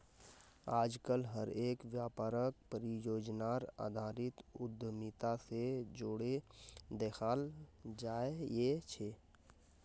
आजकल हर एक व्यापारक परियोजनार आधारित उद्यमिता से जोडे देखाल जाये छे